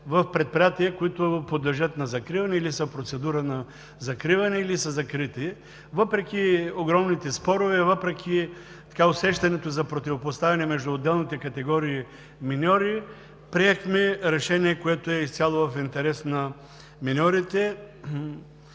в предприятия, които подлежат на закриване, са в процедура на закриване или са закрити. Въпреки огромните спорове, въпреки усещането за противопоставяне между отделните категории миньори приехме решение, което е изцяло в интерес на миньорите